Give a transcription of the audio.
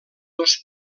dos